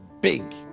big